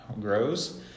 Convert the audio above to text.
grows